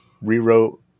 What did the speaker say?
rewrote